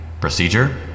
Procedure